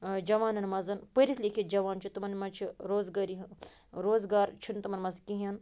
جوانَن منٛز پٔرِتھ لیکِتھ جوان چھِ تِمَن منٛز چھِ روزگٲری روزگار چھُنہٕ تِمَن منٛز کِہیٖنۍ